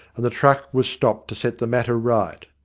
and the truck was stopped to set the matter right.